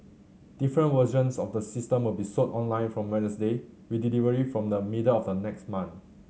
different versions of the system will be sold online from Wednesday with delivery from the middle of next month